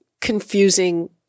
confusing